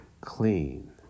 clean